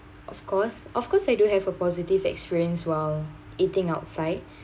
of course of course I do have a positive experience while eating outside